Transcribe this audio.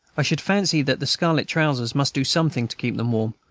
i should fancy that the scarlet trousers must do something to keep them warm,